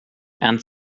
and